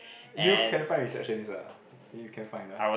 you can find receptionist lah you can find lah